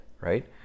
right